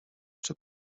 czy